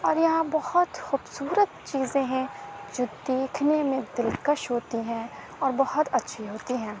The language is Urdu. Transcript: اور یہاں بہت خوبصورت چیزیں ہیں جو دیکھنے میں دلکش ہوتی ہیں اور بہت اچھی ہوتی ہیں